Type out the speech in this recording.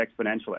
exponentially